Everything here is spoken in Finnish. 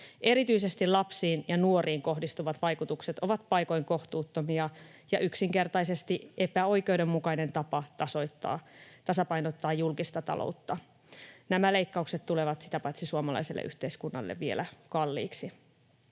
Erityisesti lapsiin ja nuoriin kohdistuvat vaikutukset ovat paikoin kohtuuttomia ja yksinkertaisesti epäoikeudenmukainen tapa tasapainottaa julkista taloutta. Nämä leikkaukset tulevat sitä paitsi suomalaiselle yhteiskunnalle vielä kalliiksi.